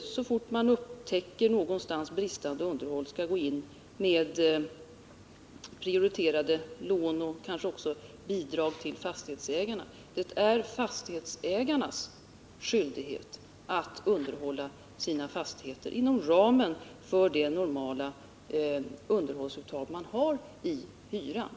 så snart vi upptäckte bristande underhåll någonstans gick in med prioriterade lån och kanske också bidrag till fastighetsägarna. Det är fastighetsägarnas skyldighet att underhålla sina fastigheter inom ramen för det normala underhållsuttag de gör i hyran.